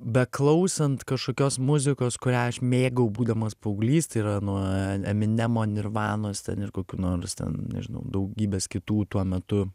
beklausant kažkokios muzikos kurią aš mėgau būdamas paauglys tai yra nuo eminemo nirvanos ten ir kokių nors ten nežinau daugybės kitų tuo metu